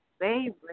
favorite